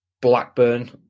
Blackburn